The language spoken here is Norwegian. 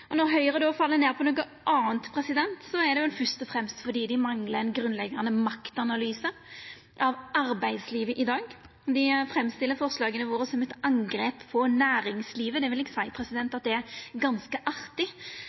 Når Høgre då fell ned på noko anna, er det vel først og fremst fordi dei manglar ein grunnleggjande maktanalyse av arbeidslivet i dag. Dei framstiller forslaga våre som eit angrep på næringslivet. Det vil eg seia er ganske artig.